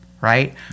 right